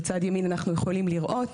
בצד ימין אנחנו יכולים לראות,